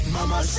Mama